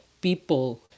people